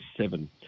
seven